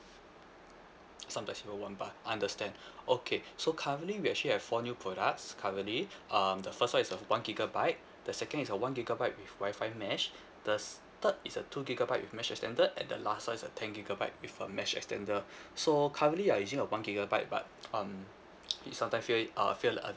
sometimes even one bar understand okay so currently we actually have four new products currently um the first [one] is a one gigabyte the second is a one gigabyte with WI-FI mesh the third is the two gigabyte with mesh extender and the last [one] is a ten gigabyte with a mesh extender so currently you are using a one gigabyte but um you sometimes feel it uh feel like